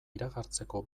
iragartzeko